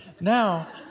now